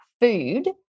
food